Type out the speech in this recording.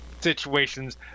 situations